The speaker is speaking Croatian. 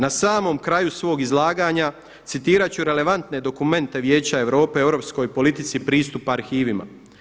Na samom kraju svog izlaganja citirat ću relevantne dokumente Vijeća Europe o europskoj politici pristupa arhivima.